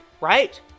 Right